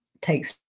Takes